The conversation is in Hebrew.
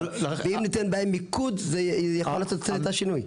ואם ניתן בהן מיקוד, זה יכול לעשות את השינוי .